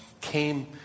came